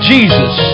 Jesus